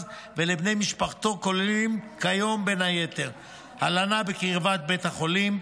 ולבני משפחתו כוללים כיום בין היתר הלנה בקרבת בית החולים,